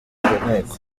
nteko